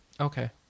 Okay